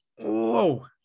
Whoa